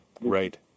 Right